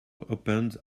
opened